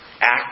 act